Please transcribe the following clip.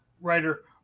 writer